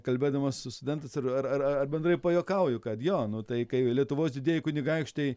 kalbėdamas su studentas ar ar ar ar bendrai pajuokauju kad jo nu tai kai lietuvos didieji kunigaikštiai